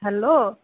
hello